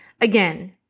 again